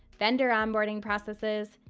vendor onboarding processes,